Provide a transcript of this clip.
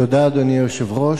אדוני היושב-ראש,